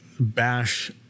Bash